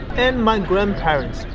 and my grandparents,